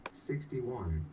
sixty one.